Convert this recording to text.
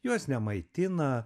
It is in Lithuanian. juos nemaitina